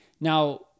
Now